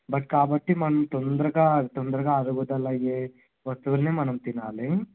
but కాబట్టి మనం తొందరగా తొందరగా అరుగుదల అవే వస్తువుల్ని మనం తినాలి